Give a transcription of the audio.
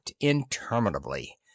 interminably